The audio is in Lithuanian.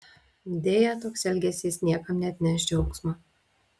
deja toks elgesys niekam neatneš džiaugsmo